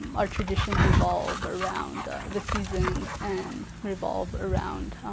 our traditions revolve around the seasons and revolve around